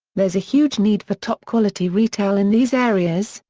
there's a huge need for top-quality retail in these areas,